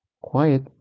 quiet